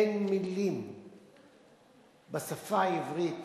אין מלים בשפה העברית